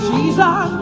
Jesus